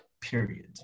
Period